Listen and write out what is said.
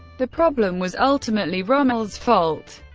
the problem was ultimately rommel's fault,